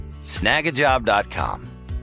Snagajob.com